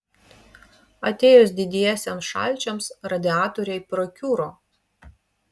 atėjus didiesiems šalčiams radiatoriai prakiuro